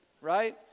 Right